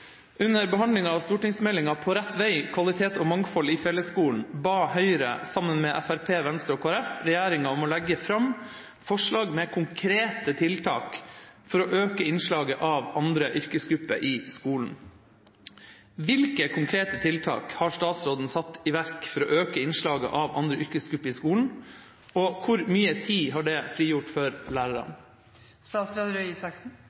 Under behandlinga av stortingsmeldinga På rett vei – kvalitet og mangfold i fellesskolen ba Høyre sammen med Fremskrittspartiet, Venstre og Kristelig Folkeparti regjeringa om å «legge fram forslag med konkrete tiltak for å øke innslaget av andre yrkesgrupper i skolen». Hvilke konkrete tiltak har statsråden satt i verk for å øke innslaget av andre yrkesgrupper i skolen, og hvor mye tid har dette frigjort for